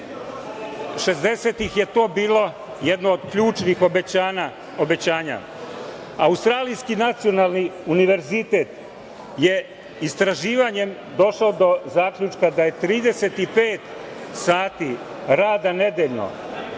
60-ih je to bilo jedno od ključnih obećanja. Australijski nacionalni univerzitet je istraživanjem došao do zaključka da je 35 sati rada nedeljno